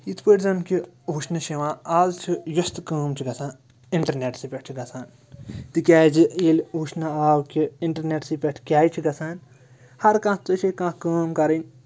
یِتھ پٲٹھۍ زَن کہِ وٕچھنہٕ چھِ یِوان آز چھِ یۄس تہِ کٲم چھِ گژھان اِنٹَرنٮ۪ٹسٕے پٮ۪ٹھ چھِ گژھان تِکیٛازِ ییٚلہِ وٕچھنہٕ آو کہِ اِنٹَرنٮ۪ٹسٕے پٮ۪ٹھ کیٛازِ چھِ گژھان ہَر کانٛہہ ژےٚ چھے کانٛہہ کٲم کَرٕنۍ